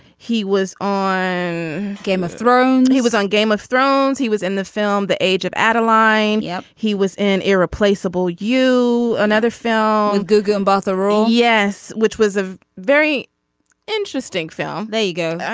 he was on game of thrones. he was on game of thrones he was in the film the age of adeline. yeah he was an irreplaceable you another film and googling both a role. yes. which was a very interesting film there you go.